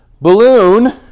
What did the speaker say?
balloon